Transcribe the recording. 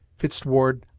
Fitzward